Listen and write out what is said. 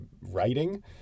writing